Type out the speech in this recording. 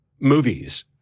movies